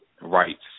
rights